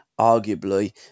arguably